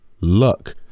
luck